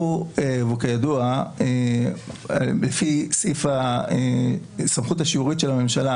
כידוע לפי סעיף הסמכות השיורית של הממשלה,